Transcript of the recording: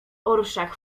orszak